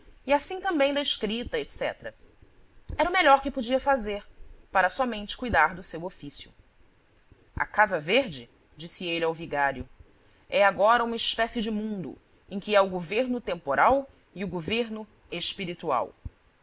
e assim também da escrita etc era o melhor que podia fazer para somente cuidar do seu ofício a casa verde disse ele ao vigário é agora uma espécie de mundo em que há o governo temporal e o governo espiritual